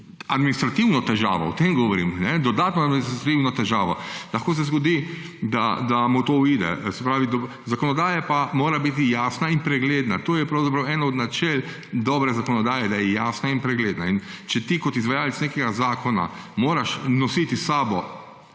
administrativno težavo. O tem govorim, dodatno administrativno težavo. Lahko se zgodi, da mu to uide. Zakonodaja pa mora biti jasna in pregledna. To je pravzaprav eno od načel dobre zakonodaje, da je jasna in pregledna. Če ti kot izvajalec nekega zakona moraš nositi s sabo